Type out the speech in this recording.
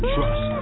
trust